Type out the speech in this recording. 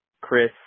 Chris